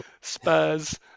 Spurs